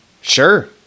Sure